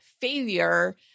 failure